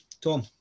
Tom